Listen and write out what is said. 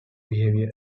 behaviour